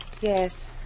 Yes